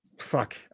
Fuck